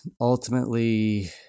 ultimately